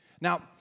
Now